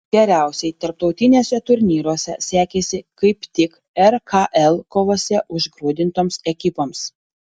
geriausiai tarptautiniuose turnyruose sekėsi kaip tik rkl kovose užgrūdintoms ekipoms